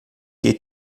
que